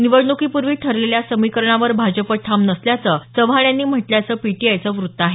निवडणुकीपूर्वी ठरलेल्या समीकरणावर भाजप ठाम नसल्याचं चव्हाण यांनी म्हटल्याचं पीटीआयचं वृत्त आहे